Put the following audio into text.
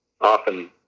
often